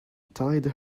tied